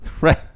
Right